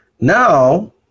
Now